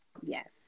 yes